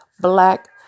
black